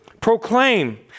Proclaim